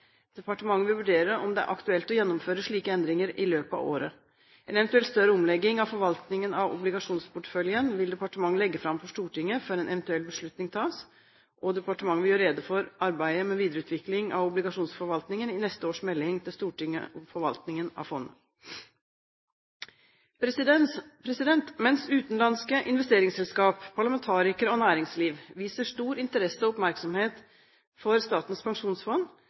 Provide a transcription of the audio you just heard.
Departementet vil vurdere om det er aktuelt å gjennomføre slike endringer i løpet av året. En eventuell større omlegging av forvaltningen av obligasjonsporteføljen vil departementet legge fram for Stortinget før en eventuell beslutning tas, og departementet vil gjøre rede for arbeidet med videreutvikling av obligasjonsforvaltningen i neste års melding til Stortinget om forvaltningen av fondet. Mens utenlandske investeringsselskap, parlamentarikere og næringsliv viser stor interesse og oppmerksomhet for Statens pensjonsfond,